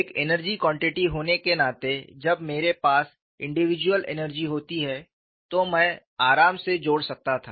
एक energy quantity होने के नाते जब मेरे पास इंडिविजुअल एनर्जी होती है तो मैं आराम से जोड़ सकता था